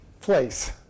place